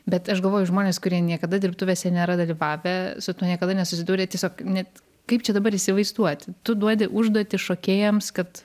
bet aš galvoju žmonės kurie niekada dirbtuvėse nėra dalyvavę su tuo niekada nesusidūrė tiesiog net kaip čia dabar įsivaizduoti tu duodi užduotį šokėjams kad